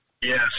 Yes